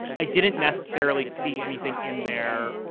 i didn't necessarily see anything in there.